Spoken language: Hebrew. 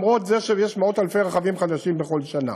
אף שיש מאות-אלפי רכבים חדשים בכל שנה.